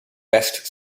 best